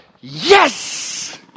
yes